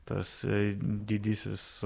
tas didysis